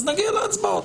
נראה בהצבעות.